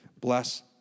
bless